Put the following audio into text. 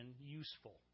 useful